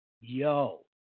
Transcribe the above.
Yo